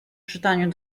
czytaniu